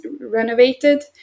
renovated